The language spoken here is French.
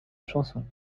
chanson